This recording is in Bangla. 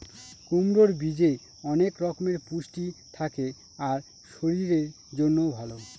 কুমড়োর বীজে অনেক রকমের পুষ্টি থাকে আর শরীরের জন্যও ভালো